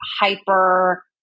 hyper